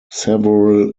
several